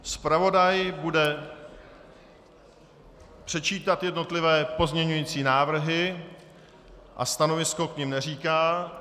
Zpravodaj bude předčítat jednotlivé pozměňovací návrhy a stanovisko k nim neříká.